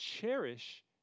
cherish